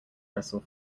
wrestle